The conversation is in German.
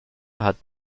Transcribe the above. hat